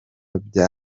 bya